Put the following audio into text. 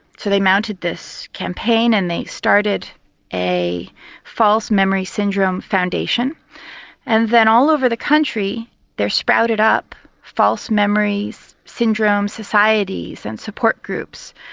so they mounted this campaign and they started a false memory syndrome foundation and then all over the country there sprouted up false memory so syndrome societies and support groups,